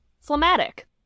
phlegmatic